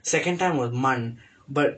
second time was MUN but